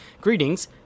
greetings